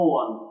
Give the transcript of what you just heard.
one